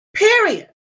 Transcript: Period